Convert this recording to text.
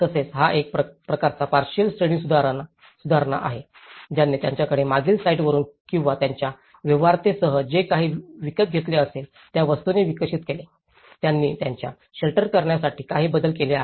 तसेच हा एक प्रकारचा पार्शिअल श्रेणीसुधारणा आहे ज्यांनी त्यांच्याकडे मागील साइटवरून किंवा त्यांच्या व्यवहार्यतेसह जे काही विकत घेतले असेल त्या वस्तूंनी विकसित केले आहे त्यांनी त्यांच्या शेल्टर करण्यासाठी काही बदल केले आहेत